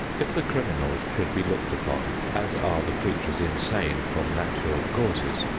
if the criminal should be looked upon as are the creatures insane from natural causes,